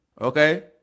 Okay